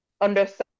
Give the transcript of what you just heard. understand